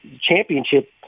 championship